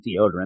deodorant